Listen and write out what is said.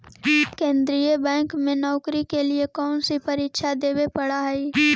केन्द्रीय बैंक में नौकरी के लिए कौन सी परीक्षा देवे पड़ा हई